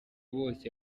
bose